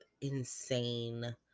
insane